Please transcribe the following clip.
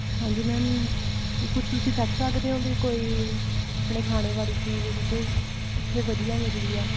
ਹਾਂਜੀ ਮੈਮ ਕੁ ਕੁਝ ਤੁਸੀਂ ਦੱਸ ਸਕਦੇ ਹੋ ਵੀ ਕੋਈ ਆਪਣੇ ਖਾਣੇ ਵਾਲੀ ਚੀਜ਼ ਕਿਤੇ ਵੀ ਕਿੱਥੇ ਵਧੀਆ ਮਿਲਦੀ ਆ